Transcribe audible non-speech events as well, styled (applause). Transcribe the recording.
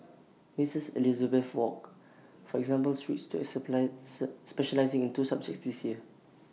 miss Elizabeth wok for example switched to (unintelligible) specialising in two subjects this year